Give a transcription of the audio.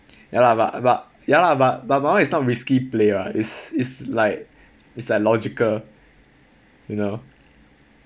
ya lah but but ya lah but but my one is not risky play [what] is is like logical you know